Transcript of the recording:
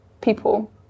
people